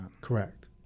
Correct